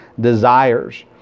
desires